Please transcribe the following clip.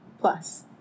plus